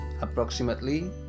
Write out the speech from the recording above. approximately